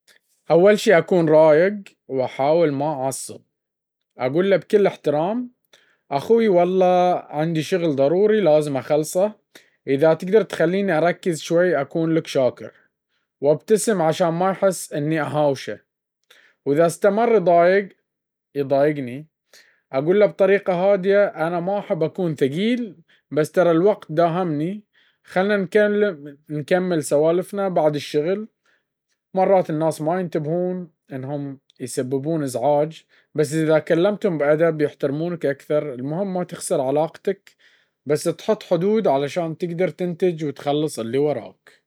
أول شي أكون رايق وأحاول ما أعصب، أقول له بكل احترام: "أخوي، والله عندي شغل ضروري لازم أخلصه، إذا تقدر تخليني أركز شوي أكون شاكر لك." وأبتسم عشان ما يحس إني أهاوشه. وإذا استمر يضايق، أقول له بطريقة هادية: "أنا ما أحب أكون ثقيل، بس ترا الوقت داهمني، خلنا نكمل سوالفنا بعد الشغل." مرات الناس ما ينتبهون إنهم يسببون إزعاج، بس إذا كلمتهم بأدب، يحترمونك أكثر. المهم ما تخسر علاقتك، بس تحط حدود عشان تقدر تنتج وتخلص اللي وراك.